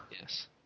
Yes